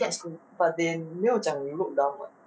but they 没有讲你 look dumb [what]